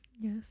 Yes